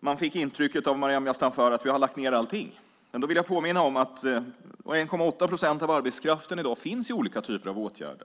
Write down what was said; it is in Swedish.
Man fick intrycket av Maryam Yazdanfar att vi har lagt ned allting. Jag vill påminna om att 1,8 procent av arbetskraften i dag finns i olika typer av åtgärder.